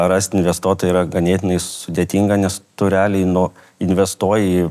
rast investuotoją yra ganėtinai sudėtinga nes tu realiai nu investuoji